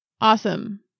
Awesome